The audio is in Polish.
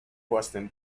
własnym